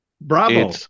bravo